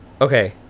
Okay